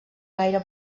gaire